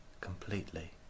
completely